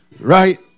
Right